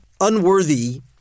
unworthy